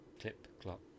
Clip-clop